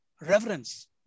reverence